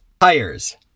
Tires